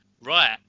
Right